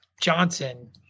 Johnson